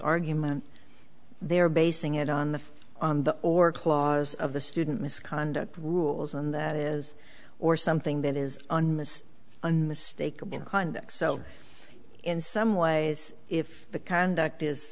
argument they're basing it on the on the or clause of the student misconduct rules and that is or something that is on the stake of conduct so in some ways if the conduct